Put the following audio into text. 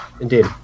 Indeed